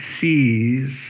sees